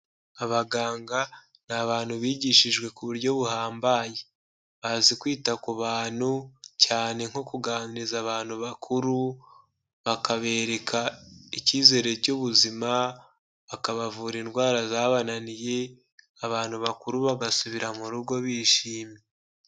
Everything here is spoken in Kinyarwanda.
Abaganga ni abantu bigishijwe ku buryo buhambaye, bazi kwita ku bantu cyane nko kuganiriza abantu bakuru, bakabereka icyizere cy'ubuzima, bakabavura indwara zabananiye, abantu bakuru bagasubira mu rugo bishimye.